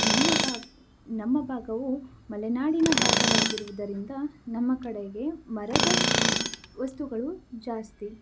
ನಮ್ಮ ಭಾಗ ನಮ್ಮ ಭಾಗವು ಮಲೆನಾಡಿನ ಭಾಗವಾಗಿರುವುದರಿಂದ ನಮ್ಮ ಕಡೆಗೆ ಮರದ ವಸ್ತುಗಳು ಜಾಸ್ತಿ